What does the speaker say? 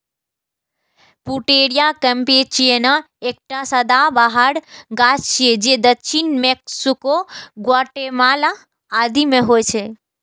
Pouteria कैम्पेचियाना एकटा सदाबहार गाछ छियै जे दक्षिण मैक्सिको, ग्वाटेमाला आदि मे होइ छै